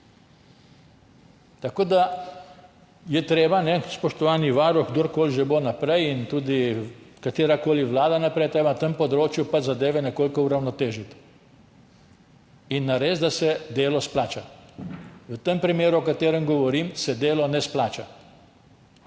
Tako da je treba, spoštovani varuh, kdorkoli že bo naprej, in tudi katerakoli vlada bo naprej, na tem področju zadeve nekoliko uravnotežiti in narediti, da se delo izplača. V tem primeru, o katerem govorim, se delo ne izplača.